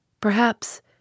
Perhaps